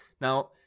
Now